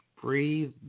breathe